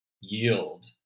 yield